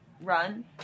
run